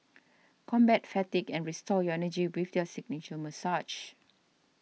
combat fatigue and restore your energy with their signature massages